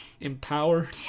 Empower